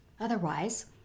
Otherwise